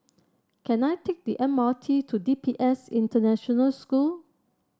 can I take the M R T to D P S International School